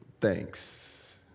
Thanks